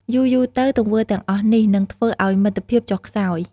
យូរៗទៅ ទង្វើទាំងអស់នេះនឹងធ្វើឱ្យមិត្តភាពចុះខ្សោយ។